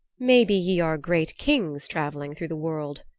maybe ye are great kings traveling through the world,